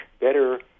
better